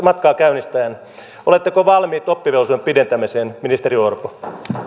matkaa käynnistäen oletteko valmiit oppivelvollisuuden pidentämiseen ministeri orpo